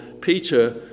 Peter